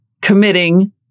committing